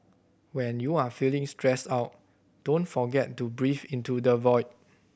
when you are feeling stressed out don't forget to breathe into the void